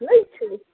नहि छै